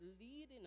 leading